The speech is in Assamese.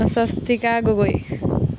অস্তিকা গগৈ